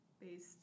based